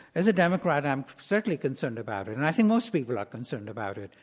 as a democrat, i'm certainly concerned about it and i think most people are concerned about it.